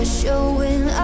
showing